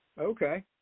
Okay